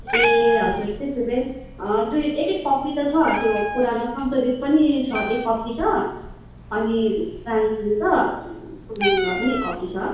ए हजुर त्यसो भए दुई एक एक कपी त छ त्यो परानो संशोधित पनि छ एक कपी छ अनि पुरानो भए पनि एक कपी छ